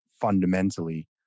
fundamentally